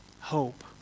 hope